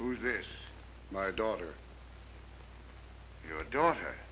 who's this my daughter your daughter